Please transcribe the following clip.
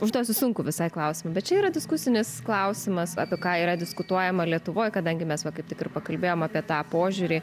užduosiu sunkų visai klausimą bet čia yra diskusinis klausimas apie ką yra diskutuojama lietuvoj kadangi mes va kaip tik ir pakalbėjom apie tą požiūrį